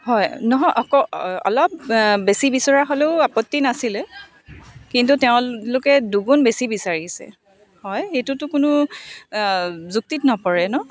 হয় নহয় অক অলপ বেছি বিচৰা হ'লেও আপত্তি নাছিলে কিন্তু তেওঁলোকে দুগুণ বেছি বিচাৰিছে হয় সেইটোতো কোনো যুক্তিত নপৰে ন